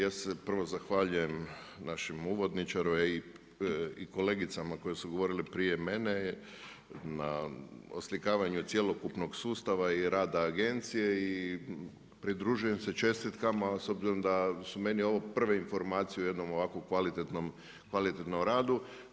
Ja se prvo zahvaljujem našem uvodničaru, a i kolegicama koje su govorile prije mene na oslikavanju cjelokupnog sustava i rada agencije i pridružujem se čestitkama s obzirom da su meni ovo prve informacije u jednom ovako kvalitetnom radu.